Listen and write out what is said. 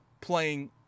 playing